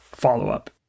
follow-up